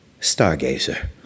Stargazer